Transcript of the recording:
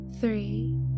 three